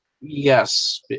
yes